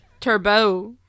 Turbo